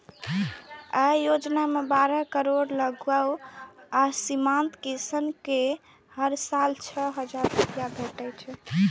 अय योजना मे बारह करोड़ लघु आ सीमांत किसान कें हर साल छह हजार रुपैया भेटै छै